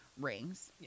rings